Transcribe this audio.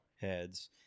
heads